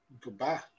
goodbye